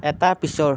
এটা পিছৰ